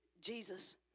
Jesus